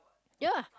ya lah